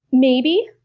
maybe.